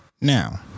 Now